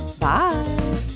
Bye